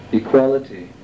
equality